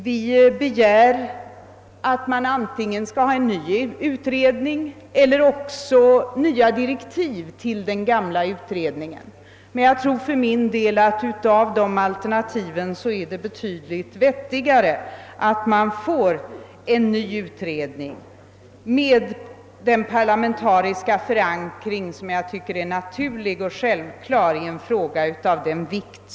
Vi begär en ny utredning eller nya direktiv till den gamla. Av dessa alternativ är det betydligt vettigare att få en ny utredning med den parlamentariska förankring som är naturlig och självklar när det gäller en fråga av denna vikt.